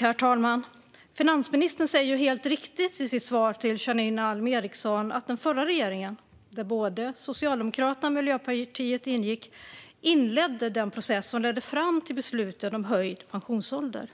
Herr talman! Finansministern säger helt riktigt i sitt svar till Janine Alm Ericson att den förra regeringen, där både Socialdemokraterna och Miljöpartiet ingick, inledde den process som ledde fram till beslutet om höjd pensionsålder.